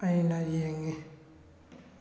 ꯑꯩꯅ ꯌꯦꯡꯉꯤ